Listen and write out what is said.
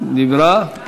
דיברה כבר.